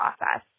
process